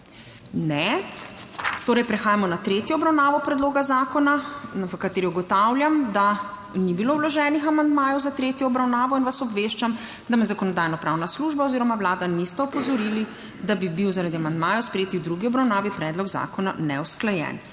(Ne.) Torej, prehajamo na tretjo obravnavo predloga zakona v kateri ugotavljam, da ni bilo vloženih amandmajev za tretjo obravnavo in vas obveščam, da me Zakonodajno-pravna služba oziroma Vlada nista opozorili, da bi bil zaradi amandmajev sprejetih v drugi obravnavi predlog zakona neusklajen